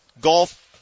Golf